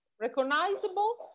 recognizable